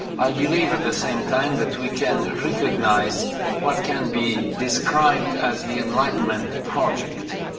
i believe at the same time that we can recognise what can be described as the enlightenment project.